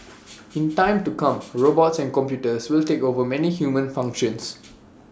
in time to come robots and computers will take over many human functions